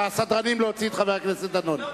חבר הכנסת דנון,